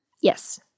Yes